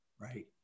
Right